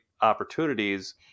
opportunities